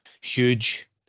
huge